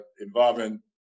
involving